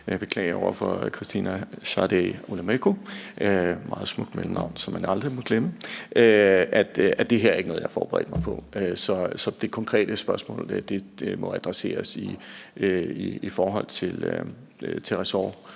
beklage over for Christina Sade Olumeko – et meget smukt mellemnavn, som man aldrig må glemme – at det her ikke er noget, jeg har forberedt mig på. Så det konkrete spørgsmål må adresseres til ressortministeren,